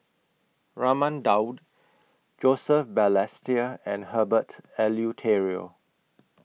Raman Daud Joseph Balestier and Herbert Eleuterio